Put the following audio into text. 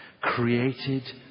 Created